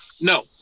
No